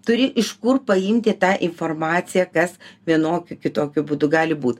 turi iš kur paimti tą informaciją kas vienokiu kitokiu būdu gali būt